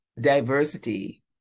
diversity